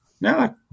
No